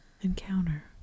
encounter